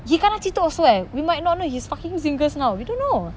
you kena cheated also eh we might know he's fucking seeing girls now we don't know